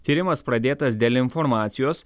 tyrimas pradėtas dėl informacijos